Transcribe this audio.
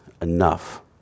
Enough